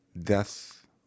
death